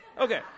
Okay